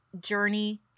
journey